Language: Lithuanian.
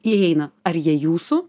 įeina ar jie jūsų